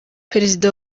perezida